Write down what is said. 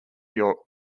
york